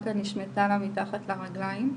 הקרקע נשמטה לה מתחת לרגליים.